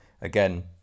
again